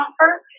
offer